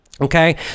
Okay